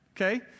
Okay